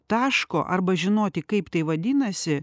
taško arba žinoti kaip tai vadinasi